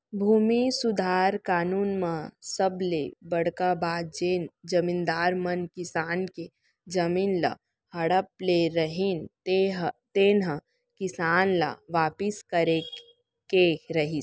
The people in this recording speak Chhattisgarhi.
भूमि सुधार कानून म सबले बड़का बात जेन जमींदार मन किसान के जमीन ल हड़प ले रहिन तेन ह किसान ल वापिस करे के रहिस